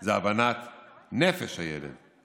זה הבנת נפש הילד.